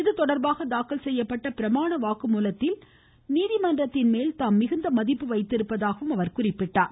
இது தொடர்பாக தாக்கல் செய்யப்பட்ட பிரமான வாக்குமூலத்தில் நீதிமன்றத்தின் மேல் தான் மிகுந்த மதிப்பு வைத்திருப்பதாக அவர் குறிப்பிட்டார்